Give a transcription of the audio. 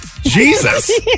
Jesus